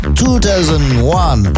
2001